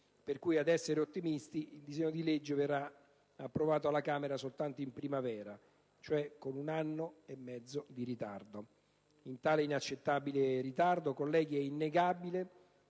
per cui, ad essere ottimisti, il disegno di legge verrà approvato alla Camera soltanto in primavera, cioè con un anno e mezzo di ritardo. Di tale inaccettabile ritardo, colleghi, è innegabilmente